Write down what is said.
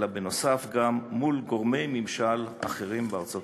אלא בנוסף גם מול גורמי ממשל אחרים בארצות-הברית.